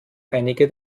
einige